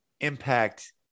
impact